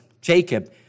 Jacob